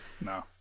No